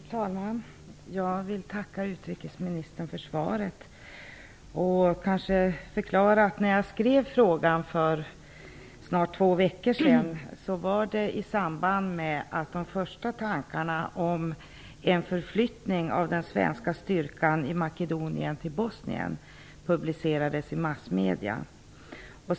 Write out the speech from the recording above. Fru talman! Jag vill tacka utrikesministern för svaret. Jag skrev frågan för snart två veckor sedan i samband med att de första tankarna om en förflyttning av den svenska styrkan i Makedonien till Bosnien publicerades i massmedierna.